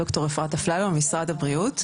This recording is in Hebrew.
ד"ר אפרת אפללו ממשרד הבריאות.